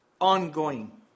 Ongoing